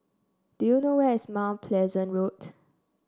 do you know where is Mount Pleasant Road